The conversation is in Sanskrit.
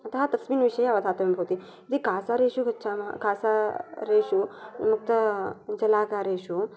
अतः तस्मिन् विषये अवधातव्यं भवति यदि कासारेषु गच्छाम कासारेषु उत जलागारेषु